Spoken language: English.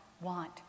want